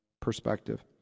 perspective